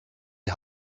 die